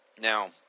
Now